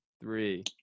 Three